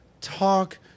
talk